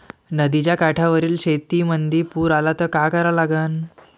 नदीच्या काठावरील शेतीमंदी पूर आला त का करा लागन?